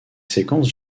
séquences